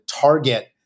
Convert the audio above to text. target